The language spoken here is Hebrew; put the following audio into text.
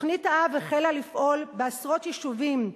תוכנית האב החלה לפעול בעשרות יישובים,